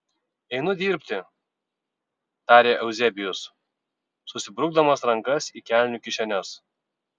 einu dirbti tarė euzebijus susibrukdamas rankas į kelnių kišenes